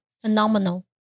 Phenomenal